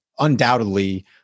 undoubtedly